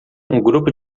grupo